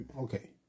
Okay